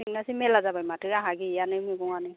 नोंनासो मेरला जाबाय माथो आंहा गैयानो मैगंआनो